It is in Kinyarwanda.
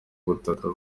butaka